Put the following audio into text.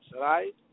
right